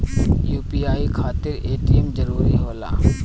UPI खातिर ATM जरूरी होला?